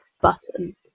buttons